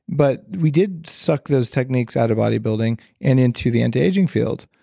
but we did suck those techniques out of bodybuilding and into the anti-aging field